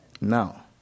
Now